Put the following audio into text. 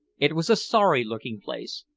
it was a sorry-looking place,